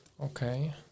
Okay